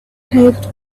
paved